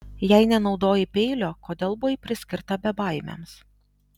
jei nenaudojai peilio kodėl buvai priskirta bebaimiams